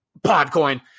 Podcoin